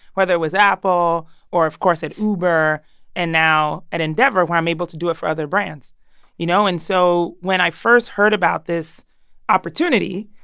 whether it was apple or, of course, at uber and now at endeavor, where i'm able to do it for other brands you know, and so when i first heard about this opportunity,